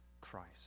Christ